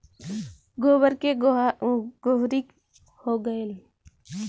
गोबर के गोहरी हो गएल